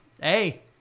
hey